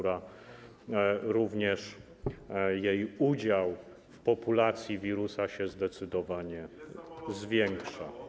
Również jej udział w populacji wirusa zdecydowanie się zwiększa.